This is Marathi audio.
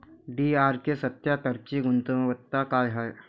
डी.आर.के सत्यात्तरची गुनवत्ता काय हाय?